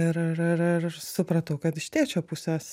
ir ir ir supratau kad iš tėčio pusės